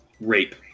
rape